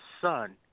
son